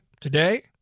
today